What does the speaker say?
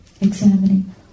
examining